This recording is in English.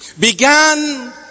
Began